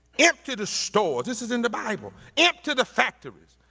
empty the stores, this is in the bible, empty the factories,